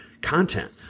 content